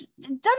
done